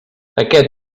aquest